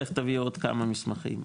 לך תביא עוד כמה מסמכים,